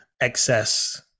excess